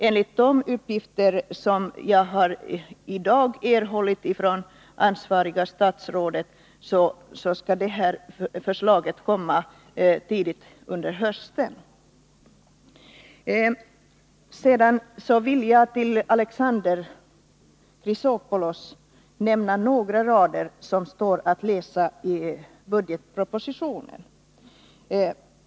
Enligt de uppgifter jag i dag erhållit av det ansvariga statsrådet skall förslaget komma tidigt i höst. 105 Sedan vill jag för Alexander Chrisopoulos nämna några rader som står att läsa i budgetpropositionen.